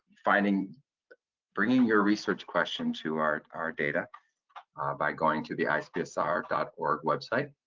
bringing bringing your research question to our our data by going to the icpsr dot org website